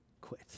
quit